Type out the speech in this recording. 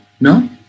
No